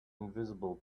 invisible